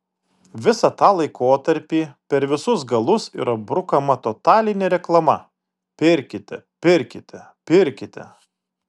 visą tą laikotarpį per visus galus yra brukama totalinė reklama pirkite pirkite pirkite